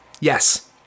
Yes